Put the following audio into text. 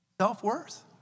Self-worth